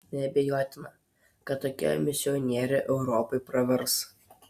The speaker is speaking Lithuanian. neabejotina kad tokie misionieriai europai pravers